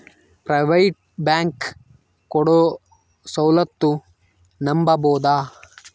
Private bank ಕೊಡೊ ಸೌಲತ್ತು ನಂಬಬೋದ?